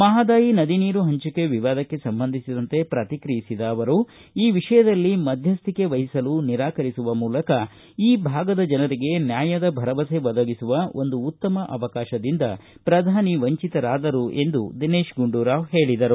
ಮಹದಾಯಿ ನದಿ ನೀರು ಹಂಚಿಕೆ ವಿವಾದಕ್ಕೆ ಸಂಬಂಧಿಸಿದಂತೆ ಪ್ರತಿಕ್ರಿಯಿಸಿದ ಅವರು ಈ ವಿಷಯದಲ್ಲಿ ಮಧ್ಯುಕೆ ವಹಿಸಲು ನಿರಾಕರಿಸುವ ಮೂಲಕ ಈ ಭಾಗದ ಜನರಿಗೆ ನ್ಯಾಯದ ಭರವಸೆ ಒದಗಿಸುವ ಒಂದು ಉತ್ತಮ ಅವಕಾಶದಿಂದ ಪ್ರಧಾನಿ ವಂಚಿತರಾದರು ಎಂದು ದಿನೇಶ ಗುಂಡೂರಾವ್ ಹೇಳಿದರು